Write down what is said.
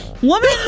Woman